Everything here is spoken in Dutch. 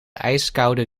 ijskoude